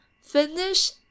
Finish